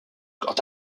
quant